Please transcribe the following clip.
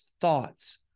thoughts